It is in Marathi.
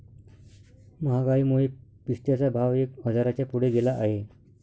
महागाईमुळे पिस्त्याचा भाव एक हजाराच्या पुढे गेला आहे